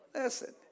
Listen